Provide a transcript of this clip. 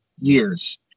years